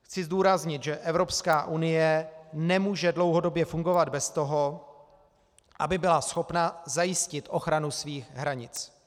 Chci zdůraznit, že Evropská unie nemůže dlouhodobě fungovat bez toho, aby byla schopna zajistit ochranu svých hranic.